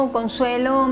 Consuelo